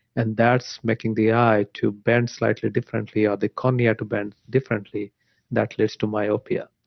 and that's making the eye to bend slightly differently or the cornea to bend differently that leads to myopia.